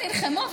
מה זה נלחמו?